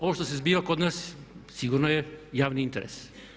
Ovo što se zbiva kod nas sigurno je javni interes.